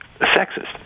sexist